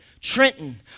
Trenton